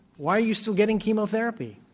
why are you still getting chemotherapy?